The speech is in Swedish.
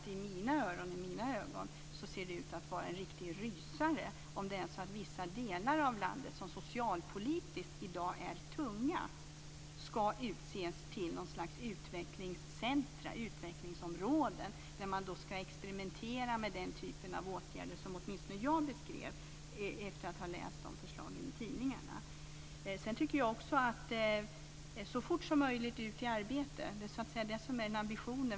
I mina öron och ögon är det en riktig rysare om vissa delar av landet, som socialpolitiskt är tunga, ska utses till utvecklingsområden med experiment med den typ av åtgärder som jag beskrev efter att läst om förslagen i tidningarna. Ambitionen är att så fort som möjligt få människor ut i arbete.